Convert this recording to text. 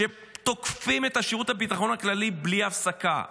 שתוקפים את שירות הביטחון הכללי בלי הפסקה,